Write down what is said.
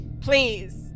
Please